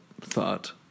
thought